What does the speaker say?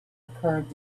occurred